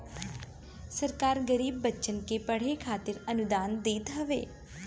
सरकार गरीब बच्चन के पढ़े खातिर अनुदान देत हवे